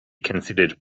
considered